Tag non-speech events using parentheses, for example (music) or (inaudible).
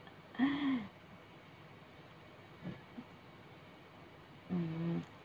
(breath) mm